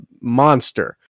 monster